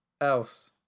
else